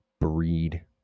Breed